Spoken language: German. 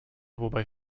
wobei